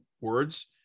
words